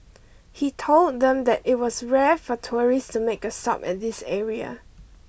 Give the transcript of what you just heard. he told them that it was rare for tourists to make a stop at this area